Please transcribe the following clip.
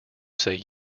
say